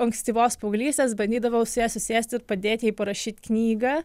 ankstyvos paauglystės bandydavau su ja susėst ir padėt jai parašyt knygą